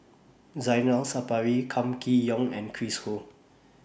Zainal Sapari Kam Kee Yong and Chris Ho